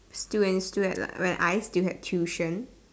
still when still at like when I still had tuition